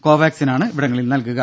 കോവാക്സിൻ ആണ് ഇവിടങ്ങളിൽ നൽകുക